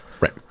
right